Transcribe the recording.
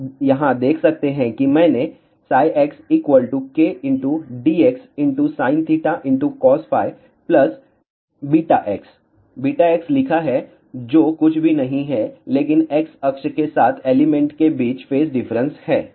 आप यहाँ देख सकते हैं कि मैंने x kdx sinθcosφ plus βx βx लिखा है जो कुछ भी नहीं है लेकिन x अक्ष के साथ एलिमेंट के बीच फेज डिफरेंस है